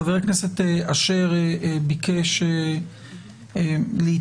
חבר הכנסת אשר ביקש להתייחס,